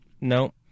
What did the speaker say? no